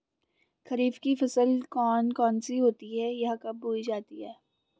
खरीफ की फसल कौन कौन सी होती हैं यह कब बोई जाती हैं?